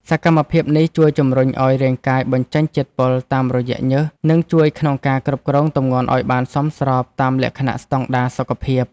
សកម្មភាពនេះជួយជម្រុញឱ្យរាងកាយបញ្ចេញជាតិពុលតាមរយៈញើស និងជួយក្នុងការគ្រប់គ្រងទម្ងន់ឱ្យបានសមស្របតាមលក្ខណៈស្តង់ដារសុខភាព។